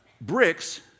bricks